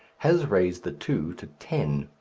has raised the two to ten.